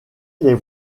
les